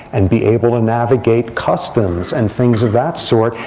and be able to navigate customs, and things of that sort.